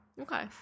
Okay